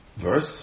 verse